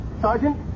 Sergeant